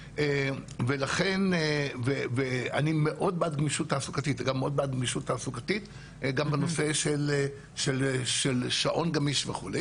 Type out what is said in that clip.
אני מאוד בעד גמישות תעסוקתית גם בנושא של שעון גמיש וכו',